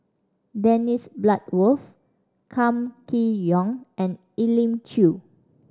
Dennis Bloodworth Kam Kee Yong and Elim Chew